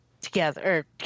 together